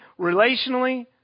relationally